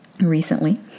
Recently